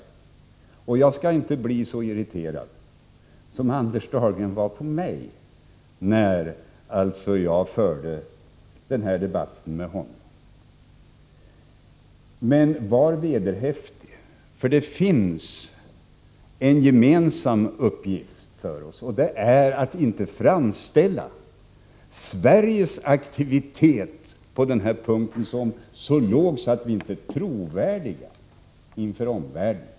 Jag skall inte bli lika irriterad som Anders Dahlgren var på mig när jag förde motsvarande debatt med honom. Men var vederhäftig! Det är av gemensamt intresse för oss att inte nedvärdera Sveriges aktivitet på den här punkten så att vi inte blir trovärdiga inför omvärlden.